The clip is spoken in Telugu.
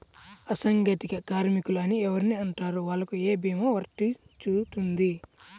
అసంగటిత కార్మికులు అని ఎవరిని అంటారు? వాళ్లకు ఏ భీమా వర్తించుతుంది?